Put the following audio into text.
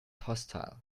hostile